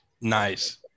nice